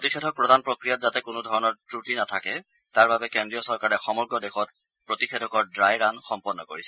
প্ৰতিষেধক প্ৰদান প্ৰক্ৰিয়াত যাতে কোনো ধৰণৰ ক্ৰটি নাথাকে তাৰ বাবে কেন্দ্ৰীয় চৰকাৰে সমগ্ৰ দেশত প্ৰতিষেধকৰ ড্ৰাই ৰান সম্পন্ন কৰিছে